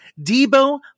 Debo